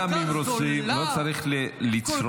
גם אם רוצים, לא צריך לצרוח.